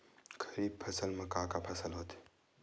खरीफ फसल मा का का फसल होथे?